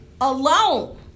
Alone